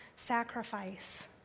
Sacrifice